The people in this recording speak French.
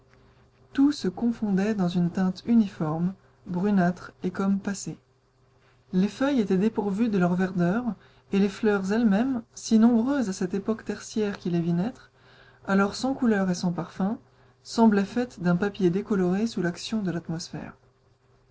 tout se confondait dans une teinte uniforme brunâtre et comme passée les feuilles étaient dépourvues de leur verdeur et les fleurs elles-mêmes si nombreuses à cette époque tertiaire qui les vit naître alors sans couleurs et sans parfums semblaient faites d'un papier décoloré sous l'action de l'atmosphère